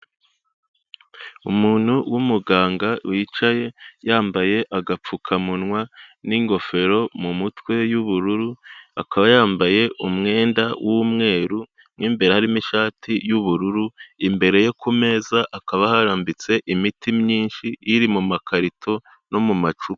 Umuntu w'umuganga wicaye yambaye agapfukamunwa n'ingofero mu mutwe y'ubururu, akaba yambaye umwenda w'umweru mu imbere harimo ishati y'ubururu, imbere ye ku meza hakaba harambitse imiti myinshi iri mu makarito no mu macupa.